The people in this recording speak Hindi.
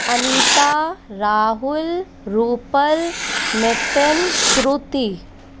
अनीता राहुल रूपल नितिन श्रुति